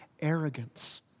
arrogance